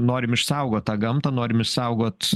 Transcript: norim išsaugot tą gamtą norim išsaugot